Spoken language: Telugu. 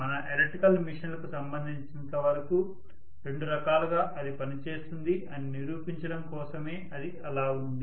మన ఎలక్ట్రికల్ మెషీన్లకు సంబంధించినంత వరకు రెండు రకాలుగా అది పనిచేస్తుంది అని నిరూపించడం కోసమే అది అలా ఉంది